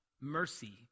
mercy